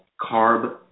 carb